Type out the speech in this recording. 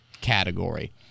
category